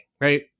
Right